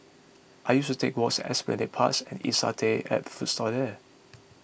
I used to take walks at Esplanade Parks and eat satay at food stalls there